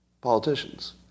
Politicians